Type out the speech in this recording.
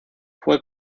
fue